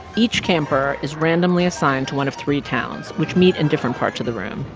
each camper is randomly assigned to one of three towns, which meet in different parts of the room.